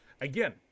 again